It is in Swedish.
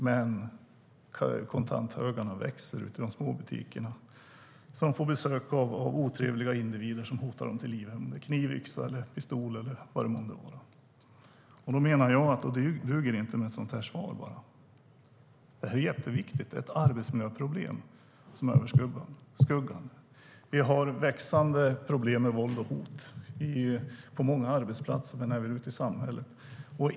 Men kontanthögarna växer ute i de små butikerna, som får besök av otrevliga individer som hotar dem till livet med kniv, yxa, pistol eller vad det månde vara. Då menar jag att det inte duger med ett sådant här svar. Det här är jätteviktigt. Det är ett arbetsmiljöproblem som är överskuggande. Vi har växande problem med våld och hot på många arbetsplatser men även ute i samhället.